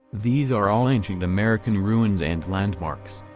these are all ancient american ruins and landmarks.